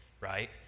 right